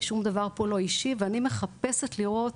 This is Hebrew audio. שום דבר פה לא אישי ואני מחפשת לראות